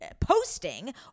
posting